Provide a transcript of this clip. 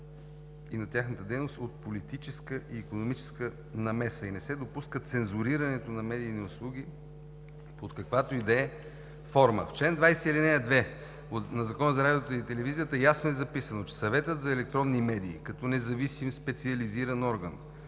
и на тяхната дейност от политическа и икономическа намеса и не се допуска цензурирането на медийни услуги под каквато и да е форма. В чл. 20, ал 2 на Закона за радиото и телевизия ясно е записано, че „Съветът за електронни медии като независим специализиран орган,